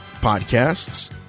podcasts